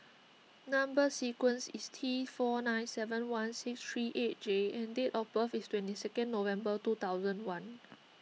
Number Sequence is T four nine seven one six three eight J and date of birth is twenty second November two thousand one